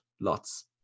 lots